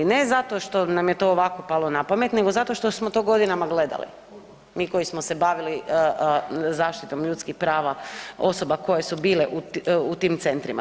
Ne zato što nam je to ovako palo napamet, nego zato što smo to godinama gledali mi koji smo se bavili zaštitom ljudskih prava osoba koje su bile u tim centrima.